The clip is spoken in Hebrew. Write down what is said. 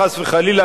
חס וחלילה,